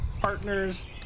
partners